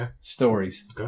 stories